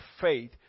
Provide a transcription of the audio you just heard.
faith